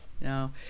No